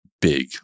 big